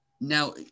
now